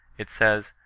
it says,